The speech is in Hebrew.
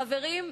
חברים,